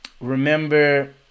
Remember